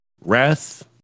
Wrath